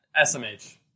SMH